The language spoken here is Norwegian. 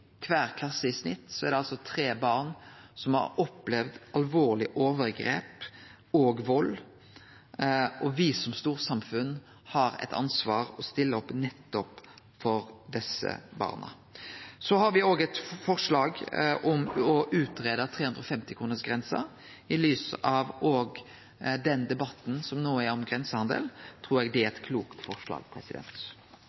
kvar klasse er det i snitt tre barn som har opplevd alvorlege overgrep og vald, og me som storsamfunn har eit ansvar for å stille opp for nettopp desse barna. Så har me òg eit forslag om å greie ut 350-kronersgrensa. I lys av den debatten som no er om grensehandel, trur eg det er